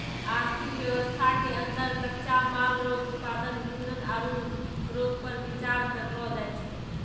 आर्थिक वेवस्था के अन्दर कच्चा माल रो उत्पादन वितरण आरु श्रोतपर बिचार करलो जाय छै